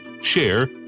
share